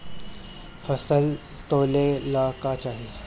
फसल तौले ला का चाही?